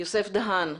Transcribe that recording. יוסף דהאן,